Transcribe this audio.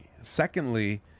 Secondly